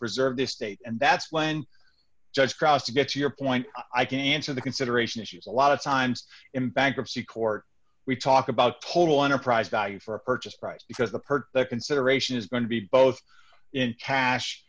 preserve the estate and that's land just cross to get your point i can answer the consideration issues a lot of times in bankruptcy court we talk about total enterprise value for a purchase price because the per the consideration is going to be both in cash